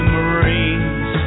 Marines